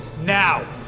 now